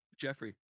Jeffrey